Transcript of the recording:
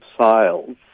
sales